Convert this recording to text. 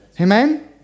Amen